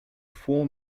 four